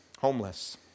Homeless